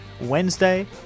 Wednesday